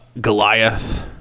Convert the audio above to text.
goliath